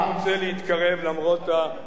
למרות קריאות הביניים,